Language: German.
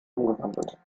umgewandelt